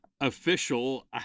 official